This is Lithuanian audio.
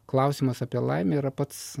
klausimas apie laimę yra pats